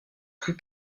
plus